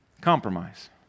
Compromise